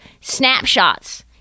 snapshots